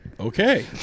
Okay